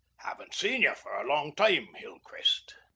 haven't seen ye for a long time, hillcrist.